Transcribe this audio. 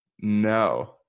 no